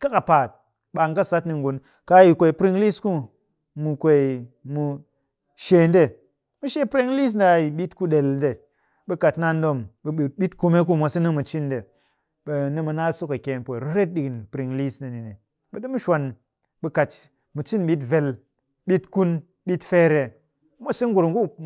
kakapaat, ɓe an kɨ sat ni ngun, kaa yi kwee piring liis ku mu kwee, mu shee nde, mu shee piring liis nde a yi ɓit ku ɗel nde. ɓe kaa naan ɗom ɓe ɓut ɓit kume ku mwase nimu cin nde, ɓe nimu naa sokɨkyeen pwet riret ɗikin piring liss ndeni ni. ɓe ɗimu shwan, ɓe kat mu cin ɓit. vel, ɓit kun, ɓit feer ee? Mwase ngurun ku mop.